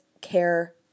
care